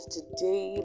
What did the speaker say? Today